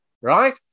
right